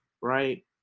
right